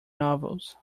novels